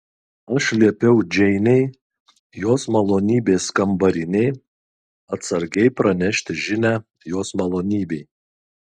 aš liepiau džeinei jos malonybės kambarinei atsargiai pranešti žinią jos malonybei